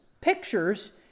pictures